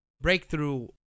breakthrough